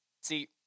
See